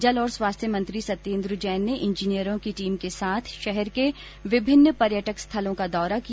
जल और स्वास्थ्य मंत्री सत्येंद्र जैन ने इंजीनियरों की टीम के साथ शहर के विभिन्न पर्यटक स्थलों का दौरा किया